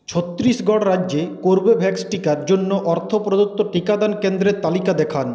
ছত্তিশগড় রাজ্যে কর্বেভ্যাক্স টিকার জন্য অর্থ প্রদত্ত টিকাদান কেন্দ্রের তালিকা দেখান